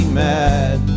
mad